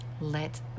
let